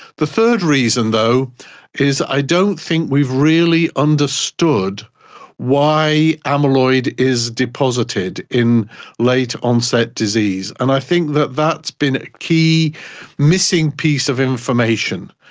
the third reason though is i don't think we've really understood why amyloid is deposited in late onset disease. and i think that that has been a key missing piece of information.